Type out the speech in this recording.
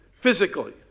physically